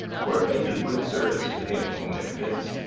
for it may do good service to him whom it fits.